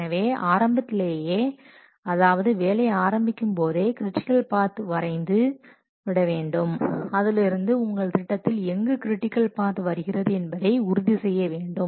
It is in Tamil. எனவே ஆரம்பத்திலேயே அதாவது வேலை ஆரம்பிக்கும் போதே கிரிட்டிக்கல் பாத் வரைந்து விட வேண்டும் அதிலிருந்து உங்கள் திட்டத்தில் எங்கு கிரிட்டிக்கல் பாத் வருகிறது என்பதை உறுதி செய்ய வேண்டும்